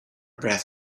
breath